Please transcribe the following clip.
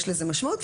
יש לזה משמעות,